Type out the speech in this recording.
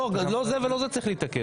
לא זה ולא זה צריך להתעכב.